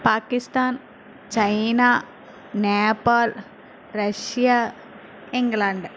Pakistan China Nepal Russia England